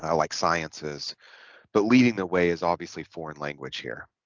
um like sciences but leading the way is obviously foreign language here